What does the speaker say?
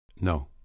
No